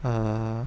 err